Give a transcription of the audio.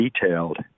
detailed